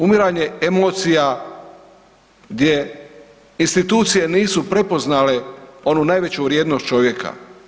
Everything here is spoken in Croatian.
Umiranje emocija gdje institucije nisu prepoznale onu najveću vrijednost čovjeka.